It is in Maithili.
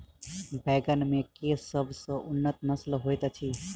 बैंगन मे केँ सबसँ उन्नत नस्ल होइत अछि?